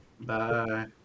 Bye